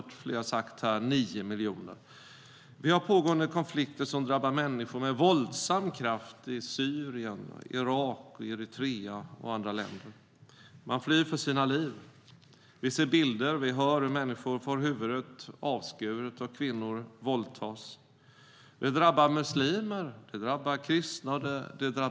Det har flera sagt här i kammaren. Vi har pågående konflikter som drabbar människor med våldsam kraft i Syrien, Irak, Eritrea och andra länder. Människor flyr för sina liv. Vi ser bilder och hör om hur människor får huvudet avskuret och att kvinnor våldtas. Det drabbar muslimer och det drabbar kristna och andra.